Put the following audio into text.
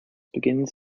begins